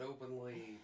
openly